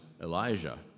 Elijah